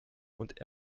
und